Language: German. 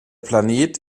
planet